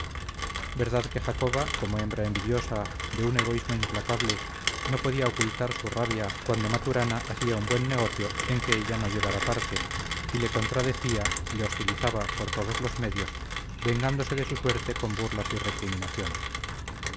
verdad que jacoba como hembra envidiosa de un egoísmo implacable no podía ocultar su rabia cuando maturana hacía un buen negocio en que ella no llevara parte y le contradecía le hostilizaba por todos los medios vengándose de su suerte con burlas y recriminaciones